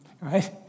Right